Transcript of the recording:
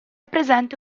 presente